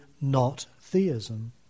not-theism